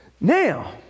now